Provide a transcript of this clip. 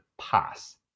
pass